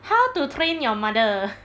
how to train your mother